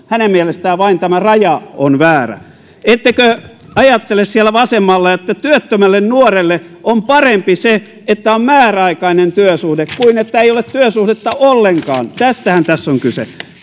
hänen mielestään vain tämä raja on väärä ettekö ajattele siellä vasemmalla että työttömälle nuorelle on parempi se että on määräaikainen työsuhde kuin että ei ole työsuhdetta ollenkaan tästähän tässä on kyse